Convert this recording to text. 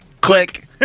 Click